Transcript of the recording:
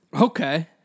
Okay